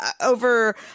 over